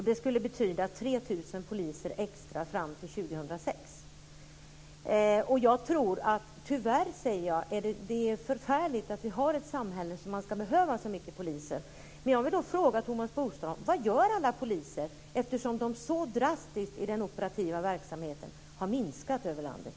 Det skulle betyda 3 000 poliser extra fram till år Det är förfärligt att vi har ett samhälle där det ska behövas så många poliser. Men jag vill fråga Thomas Bodström: Vad gör alla poliser eftersom antalet poliser har minskat så drastiskt i den operativa verksamheten över landet?